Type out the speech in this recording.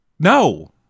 No